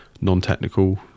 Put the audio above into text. non-technical